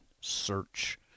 search